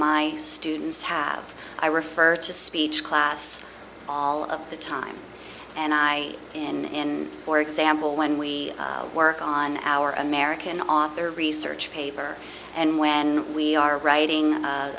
my students have i refer to speech class all of the time and i in for example when we work on our american author research paper and when we are writing